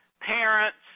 parents